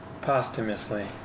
Posthumously